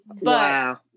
Wow